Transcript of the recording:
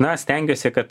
na stengiuosi kad